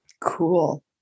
cool